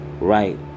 right